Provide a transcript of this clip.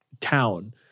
town